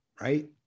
Right